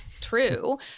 true